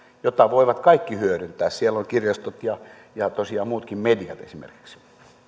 jota voivat kaikki hyödyntää siellä ovat kirjastot ja ja tosiaan muutkin mediat esimerkiksi